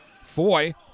Foy